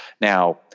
Now